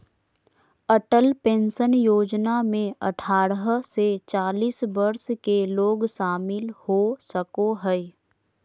Atal pension Yojana में अठारह से चालीस वर्ष के लोग शामिल हो सको हइ